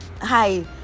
hi